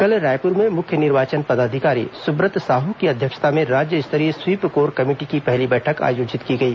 कल रायपुर में मुख्य निर्वाचन पदाधिकारी सुब्रत साह की अध्यक्षता में राज्य स्तरीय स्वीप कोर कमेटी की पहली बैठक आयोजित की गई